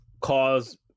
cause